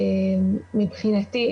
מבחינתי,